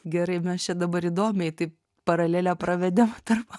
gerai mes čia dabar įdomiai taip paralelę pravedėm tarp